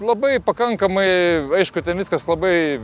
labai pakankamai aišku ten viskas labai